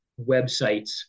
websites